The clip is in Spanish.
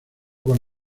con